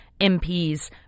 MPs